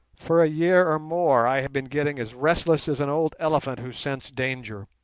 for a year or more i have been getting as restless as an old elephant who scents danger.